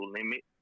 Limit